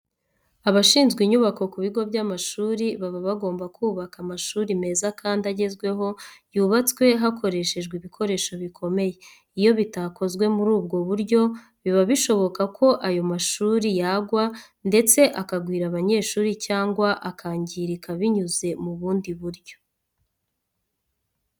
Abashinzwe inyubako ku bigo by'amashuri baba bagomba kubaka amashuri meza kandi agezweho yubatswe hakoreshejwe ibikoresho bikomeye. Iyo bitakozwe muri ubwo buryo, biba bishoboka ko ayo mashuri yagwa, ndetse akagwira abanyeshuri cyangwa akangirika binyuze mu bundi buryo.